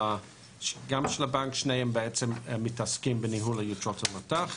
גם של הבנק שניהם מתעסקים בניהול יתרות המט"ח.